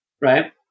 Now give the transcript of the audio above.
Right